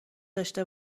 داشته